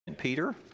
Peter